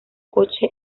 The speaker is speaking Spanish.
coche